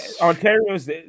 Ontario's